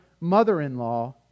mother-in-law